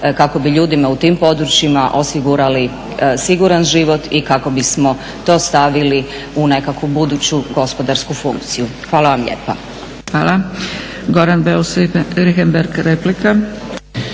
kako bi ljudima u tim područjima osigurali siguran život i kako bismo to stavili u nekakvu buduću gospodarsku funkciju. Hvala vam lijepa. **Zgrebec, Dragica